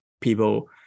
People